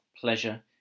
pleasure